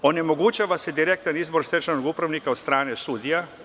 Onemogućava se direktan izbor stečajnog upravnika od strane sudija.